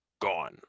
gone